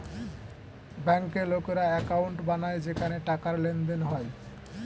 ব্যাংকে লোকেরা অ্যাকাউন্ট বানায় যেখানে টাকার লেনদেন হয়